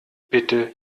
bitte